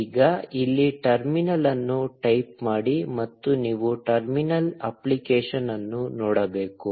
ಈಗ ಇಲ್ಲಿ ಟರ್ಮಿನಲ್ ಅನ್ನು ಟೈಪ್ ಮಾಡಿ ಮತ್ತು ನೀವು ಟರ್ಮಿನಲ್ ಅಪ್ಲಿಕೇಶನ್ ಅನ್ನು ನೋಡಬೇಕು